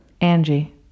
Angie